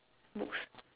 books